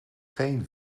geen